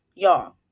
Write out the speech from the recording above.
Y'all